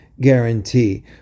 guarantee